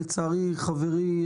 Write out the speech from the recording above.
לצערי חברי,